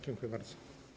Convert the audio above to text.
Dziękuję bardzo.